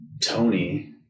Tony